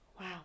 Wow